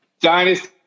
Dynasty